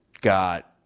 Got